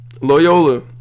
Loyola